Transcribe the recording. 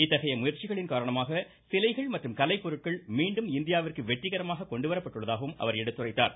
இத்தகைய முயற்சிகளின் காரணமாக சிலைகள் மற்றும் கலைப்பொருட்கள் மீண்டும் இந்தியாவிற்கு வெற்றிகரமாக கொண்டுவரப்பட்டுள்ளதாகவும் அவர் எடுத்துரைத்தார்